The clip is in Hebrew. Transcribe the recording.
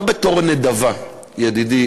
לא בתור נדבה, ידידי